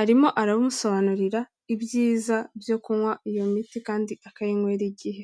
arimo aramusobanurira ibyiza byo kunywa iyo miti kandi akayinywera igihe.